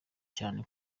cyane